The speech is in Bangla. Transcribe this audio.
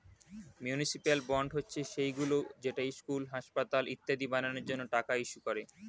মিউনিসিপ্যাল বন্ড হচ্ছে সেইগুলো যেটা স্কুল, হাসপাতাল ইত্যাদি বানানোর জন্য টাকা ইস্যু করে